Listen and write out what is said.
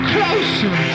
Closer